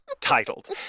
titled